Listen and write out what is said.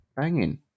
banging